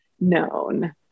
known